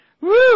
Woo